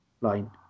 line